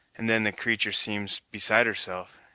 and then the creatur' seems beside herself!